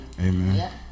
Amen